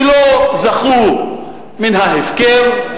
שלא זכו מן ההפקר,